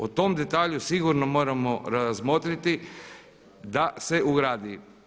O tom detalju sigurno moramo razmotriti da se uradi.